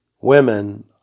women